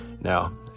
Now